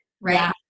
Right